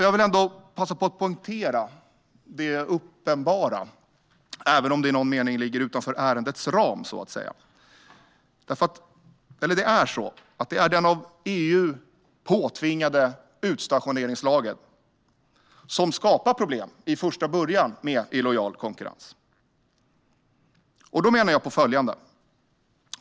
Jag vill passa på att poängtera det uppenbara, även om det i någon mening ligger utanför ärendets ram, att det är den av EU påtvingade utstationeringslagen som från första början skapat problem med illojal konkurrens.